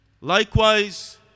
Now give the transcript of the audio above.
Likewise